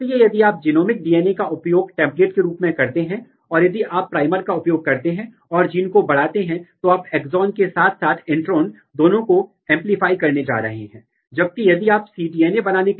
फिर दूसरा अध्ययन जो महत्वपूर्ण है वह डीएनए प्रोटीन बातचीत है जैसा कि आप जानते हैं कि विकास के अधिकांश मास्टर रेगुलेटर ट्रांसक्रिप्शन कारक हैं